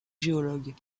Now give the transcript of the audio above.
géologues